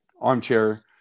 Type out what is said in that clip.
armchair